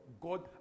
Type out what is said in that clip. God